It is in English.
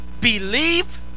believe